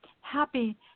Happy